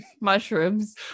mushrooms